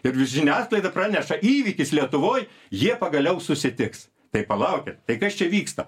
ir žiniasklaida praneša įvykis lietuvoj jie pagaliau susitiks tai palaukit tai kas čia vyksta